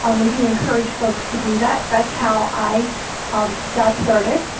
um we do encourage folks to do that. that's how i got started.